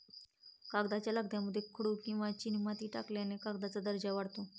कागदाच्या लगद्यामध्ये खडू किंवा चिनीमाती टाकल्याने कागदाचा दर्जा वाढतो